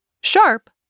sharp